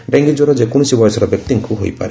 dengue ଜ୍ୱର ଯେକୌଣସି ବୟସର ବ୍ୟକ୍ତିଙ୍କୁ ହୋଇପାରେ